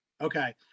Okay